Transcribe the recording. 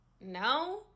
no